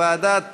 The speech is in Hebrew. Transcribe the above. לוועדת